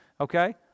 Okay